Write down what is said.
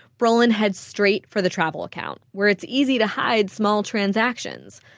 brolin heads straight for the travel account, where it's easy to hide small transactions,